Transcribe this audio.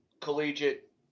collegiate